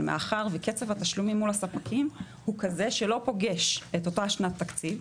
אבל מאחר וקצב התשלומים מול הספקים הוא כזה שלא פוגש את אותה שנת תקציב,